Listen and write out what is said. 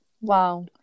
Wow